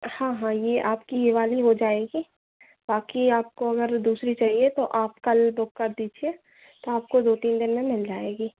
हाँ हाँ ये आपकी ये वाली हो जाएगी बाकि आपको अगर दूसरी चाहिए तो आपका जो दो कर दीजिए तो आपको दो तीन दिन में मिल जाएगी